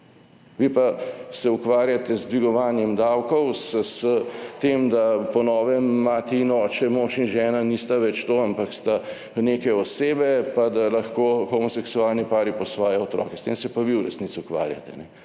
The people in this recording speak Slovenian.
Vi se ukvarjate z dvigovanjem davkov, s tem, da po novem mati in oče, mož in žena nista več to, ampak sta neke osebe pa da lahko homoseksualni pari po svoje otroke. S tem se pa vi v resnici ukvarjate,